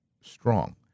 strong